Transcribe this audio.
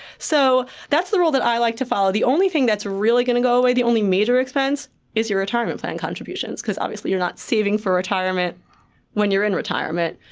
so that's the rule that i like to follow. the only thing that's really going to go away the only major expense is your retirement plan contribution because obviously you're not saving for retirement when you're in retirement.